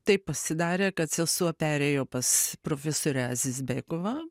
taip pasidarė kad sesuo perėjo pas profesorę zizbekuvą